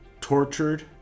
tortured